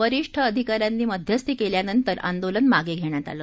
वरिष्ठ अधिकाऱ्यांनी मध्यस्थी केल्यानंतर आंदोलन मागे घेण्यात आलं